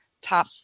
top